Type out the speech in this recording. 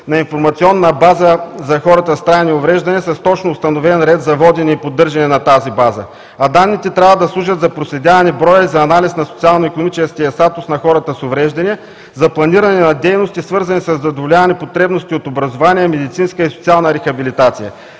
на информационна база за хората с увреждания с точно установен ред за водене и поддържане на тази база, а данните трябва да служат за проследяване броя за анализ на социално-икономическия статус на хората с увреждания, за планиране на дейности, свързани със задоволяване на потребностите от образование, медицинска и социална рехабилитация.